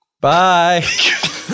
bye